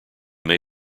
may